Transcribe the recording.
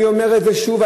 אני אומר את זה שוב,